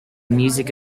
music